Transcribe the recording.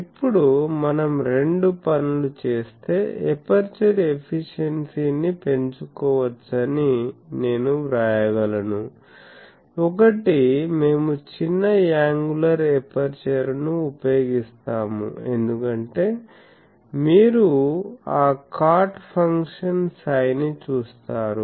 ఇప్పుడు మనం రెండు పనులు చేస్తే ఎపర్చరు ఎఫిషియెన్సీ ని పెంచుకోవచ్చని నేను వ్రాయగలను ఒకటి మేము చిన్న యాంగులర్ ఎపర్చరును ఉపయోగిస్తాము ఎందుకంటే మీరు ఆ cot ఫంక్షన్ Ψ ని చూస్తారు